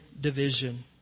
division